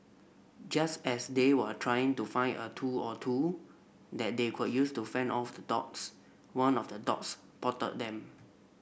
just as they were trying to find a tool or two that they could use to fend off the dogs one of the dogs potted them